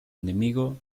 enemigo